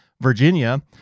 Virginia